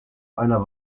einer